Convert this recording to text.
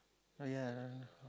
oh ya